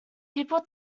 people